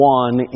one